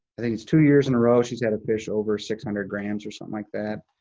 i think it's two years in a row she's had a fish over six hundred grams or something like that.